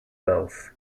bells